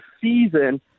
season